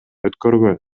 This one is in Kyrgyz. өткөргөн